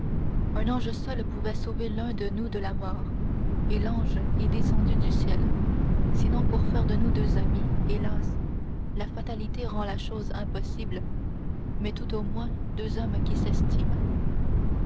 un ange seul pouvait sauver l'un de nous de la mort et l'ange est descendu du ciel sinon pour faire de nous deux amis hélas la fatalité rend la chose impossible mais tout au moins deux hommes qui s'estiment